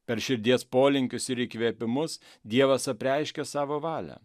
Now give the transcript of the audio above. per širdies polinkius ir įkvėpimus dievas apreiškė savo valią